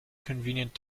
convenient